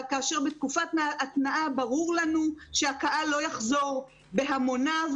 בתקופת ההתנעה ברור לנו שהקהל לא יחזור בהמוניו,